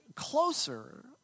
Closer